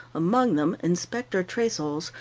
among them inspector tressols,